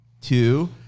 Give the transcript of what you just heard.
two